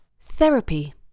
Therapy